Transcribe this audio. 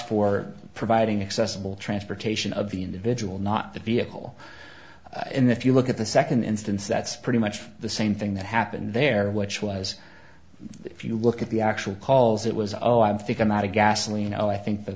for providing accessible transportation of the individual not the vehicle in the if you look at the second instance that's pretty much the same thing that happened there which was if you look at the actual calls it was oh i think i'm out of gasoline oh i think the